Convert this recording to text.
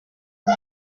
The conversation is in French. bas